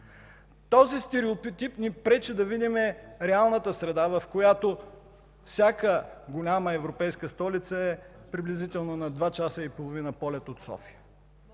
Този стереотип ни пречи да видим реалната среда, в която всяка голяма европейска столица е приблизително на два и половина часа полет от София.